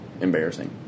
embarrassing